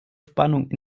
spannung